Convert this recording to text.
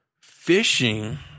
fishing